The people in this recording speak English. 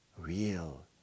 real